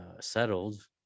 settled